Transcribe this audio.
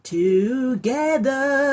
together